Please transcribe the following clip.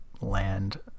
Land